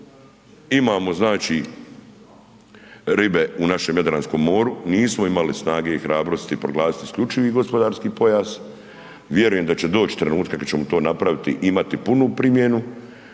imamo znači ribe u našem Jadranskom moru, nismo imali snage i hrabrosti proglasiti isključivi gospodarski pojas, vjerujem da će doći trenutak kad ćemo to napraviti i imati primjenu